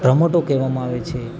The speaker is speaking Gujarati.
રમતો કહેવામાં આવે છે